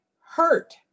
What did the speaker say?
hurt